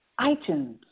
iTunes